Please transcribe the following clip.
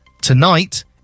Tonight